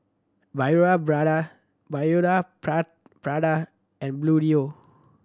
Prada Biore Prada and Bluedio